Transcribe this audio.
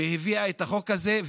והביאה את החוק הזה,